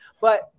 But-